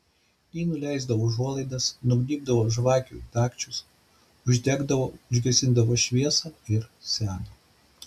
ji nuleisdavo užuolaidas nugnybdavo žvakių dagčius uždegdavo užgesindavo šviesą ir seno